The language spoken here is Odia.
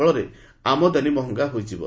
ଫଳରେ ଆମଦାନି ମହଙ୍ଗା ହୋଇଯିବ